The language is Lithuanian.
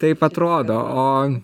taip atrodo o